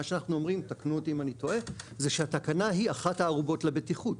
אנחנו אומרים שהתקנה היא אחת הערובות לבטיחות.